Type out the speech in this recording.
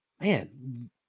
man